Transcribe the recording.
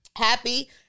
happy